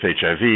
HIV